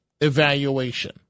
evaluation